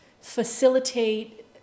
facilitate